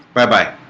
bye-bye